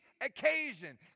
occasion